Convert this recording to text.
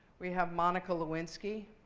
we have monica lewinsky